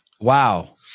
wow